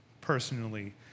personally